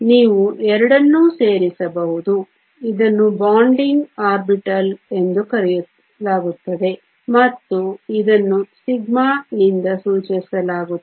ನೀವು ಎರಡನ್ನೂ ಸೇರಿಸಬಹುದು ಇದನ್ನು ಬಾಂಡಿಂಗ್ ಆರ್ಬಿಟಲ್ ಎಂದು ಕರೆಯಲಾಗುತ್ತದೆ ಮತ್ತು ಇದನ್ನು σ ನಿಂದ ಸೂಚಿಸಲಾಗುತ್ತದೆ